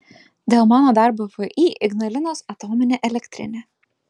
dėl mano darbo vį ignalinos atominė elektrinė